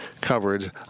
coverage